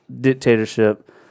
dictatorship